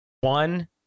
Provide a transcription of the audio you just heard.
one